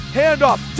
handoff